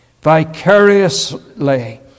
vicariously